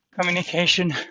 communication